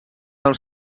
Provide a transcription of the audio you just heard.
els